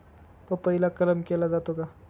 पपईला कलम केला जातो का?